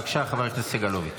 בבקשה, חבר הכנסת סגלוביץ'.